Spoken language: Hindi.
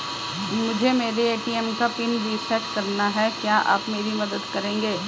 मुझे मेरे ए.टी.एम का पिन रीसेट कराना है क्या आप मेरी मदद करेंगे?